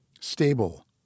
stable